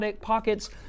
pockets